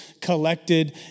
collected